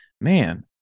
man